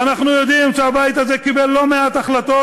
ואנחנו יודעים שהבית הזה קיבל לא מעט החלטות,